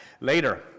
later